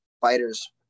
fighters